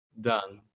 done